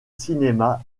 cinéma